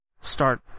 start